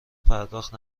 پرداخت